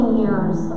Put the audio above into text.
years